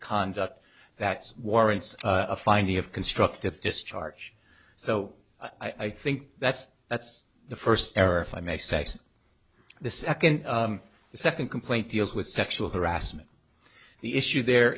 conduct that warrants a finding of constructive discharge so i think that's that's the first error if i may say the second the second complaint deals with sexual harassment the issue there